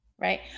Right